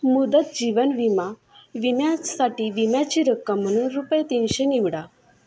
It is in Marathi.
मुदत जीवन विमा विम्यासाठी विम्याची रक्कम म्हणून रुपये तीनशे निवडा